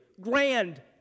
Grand